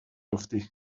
افتی